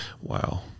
Wow